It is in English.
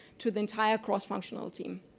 to the entire cross functional team.